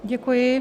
Děkuji.